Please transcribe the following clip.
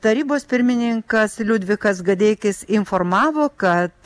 tarybos pirmininkas liudvikas gadeikis informavo kad